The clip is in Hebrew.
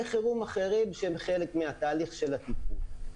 חירום אחרים שהם חלק מהתהליך של הטיפול.